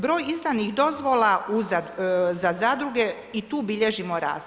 Broj izdanih dozvola za zadruge i tu bilježimo rast.